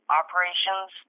operations